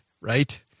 right